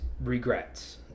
regrets